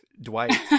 Dwight